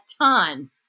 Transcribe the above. ton